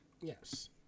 yes